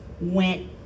went